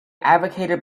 advocated